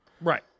Right